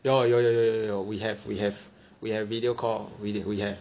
有有有有有有 we have we have we have video call we we have